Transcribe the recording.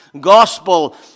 gospel